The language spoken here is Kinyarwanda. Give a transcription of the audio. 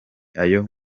ayo